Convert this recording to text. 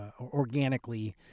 organically